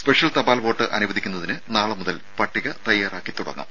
special തപാൽ vote അനുദവിക്കുന്നതിന് നാളെ മുതൽ പട്ടിക തയാറാക്കി തുടങ്ങും